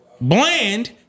Bland